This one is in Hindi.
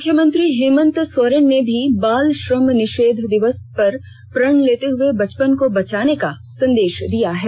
मुख्यमंत्री हेमंत सोरेन ने भी बाल श्रम निषेध दिवस पर प्रण लेते हुए बचपन को बचाने का संदेष दिया है